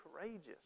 courageous